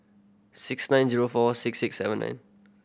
six nine zero four six six seven nine